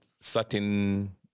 certain